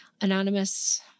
Anonymous